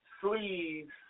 sleeves